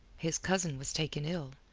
his cousin was taken ill.